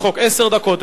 עשר דקות, אדוני.